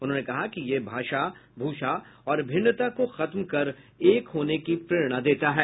उन्होंने कहा कि यह भाषा भूषा और भिन्नता को खत्म कर एक होने की प्रेरणा देता है